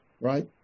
right